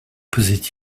posait